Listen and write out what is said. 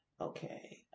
Okay